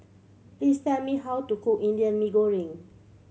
please tell me how to cook Indian Mee Goreng